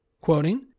quoting